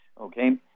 Okay